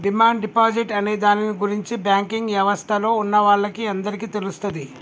demand deposit అనే దాని గురించి బ్యాంకింగ్ యవస్థలో ఉన్నవాళ్ళకి అందరికీ తెలుస్తది